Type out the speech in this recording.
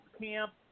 camp